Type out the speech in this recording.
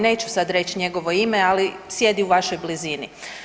Neću sada reći njegovo ime, ali sjedi u vašoj blizini.